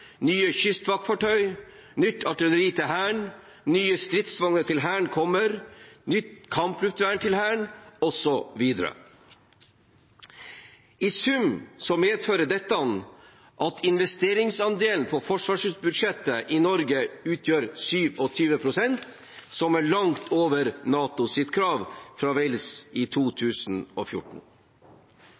nye kystvaktfartøy, nytt artilleri til Hæren, nye stridsvogner til Hæren kommer, nytt kampluftvern til Hæren, osv. I sum medfører dette at investeringsandelen av forsvarsbudsjettet i Norge utgjør 27 pst., som er langt over NATOs krav fra Wales i 2014.